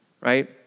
right